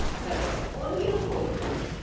gus only a fortnight.